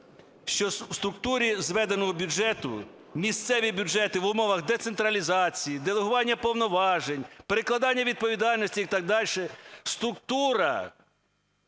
що в структурі зведеного бюджету місцеві бюджети в умовах децентралізації, делегування повноважень, перекладання відповідальності і так далі структура